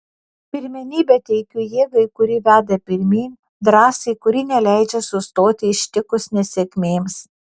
pirmenybę teikiu jėgai kuri veda pirmyn drąsai kuri neleidžia sustoti ištikus nesėkmėms